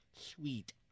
Sweet